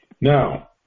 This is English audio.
Now